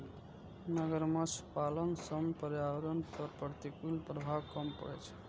मगरमच्छ पालन सं पर्यावरण पर प्रतिकूल प्रभाव कम पड़ै छै